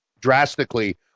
drastically